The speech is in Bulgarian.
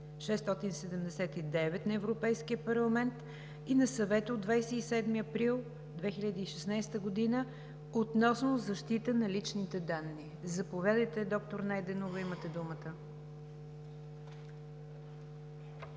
на Европейския парламент и на Съвета от 27 април 2016 г. относно защита на личните данни. Заповядайте, доктор Найденова.